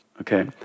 okay